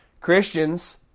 Christians